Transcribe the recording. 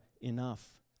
enough